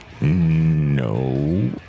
No